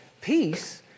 Peace